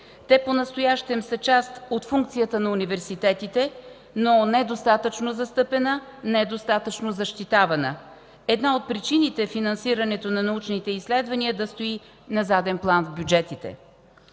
Те понастоящем са част от функцията на университетите, но недостатъчно застъпена, недостатъчно защитавана. Една от причините финансирането на научните изследвания да стои на заден план в бюджетите.